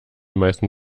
meisten